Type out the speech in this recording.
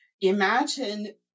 imagine